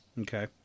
Okay